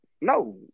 No